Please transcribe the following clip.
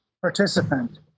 participant